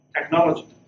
technology